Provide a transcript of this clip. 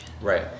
Right